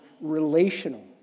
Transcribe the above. relational